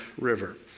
river